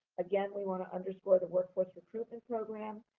again, we want to underscore the workforce recruitment program,